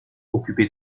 occuper